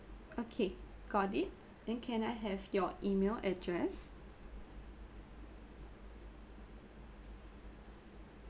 okay got it then can I have your email address